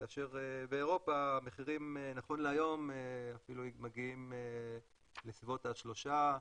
כאשר באירופה המחירים נכון להיום מגיעים לסביבות שלושה,